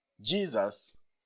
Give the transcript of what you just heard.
Jesus